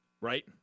Right